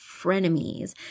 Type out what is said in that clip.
frenemies